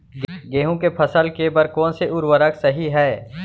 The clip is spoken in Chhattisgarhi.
गेहूँ के फसल के बर कोन से उर्वरक सही है?